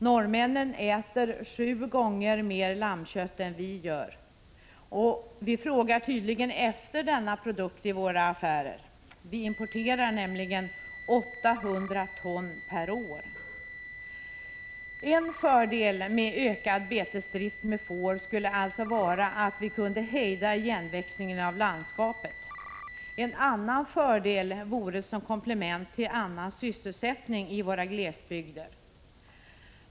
Norrmännen äter sju gånger mer lammkött än vi gör. Och vi frågar tydligen efter denna produkt i våra affärer. Vi importerar nämligen 800 ton/år. En fördel med ökad betesdrift med får skulle alltså vara att vi kunde hejda igenväxningen av landskapet. En annan fördel vore att den kunde tjäna som komplement till annan sysselsättning i våra glesbygder.